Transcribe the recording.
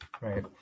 Right